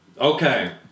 Okay